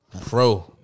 Pro